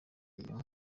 iyo